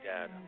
Dad